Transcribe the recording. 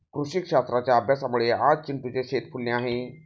कृषीशास्त्राच्या अभ्यासामुळे आज चिंटूचे शेत फुलले आहे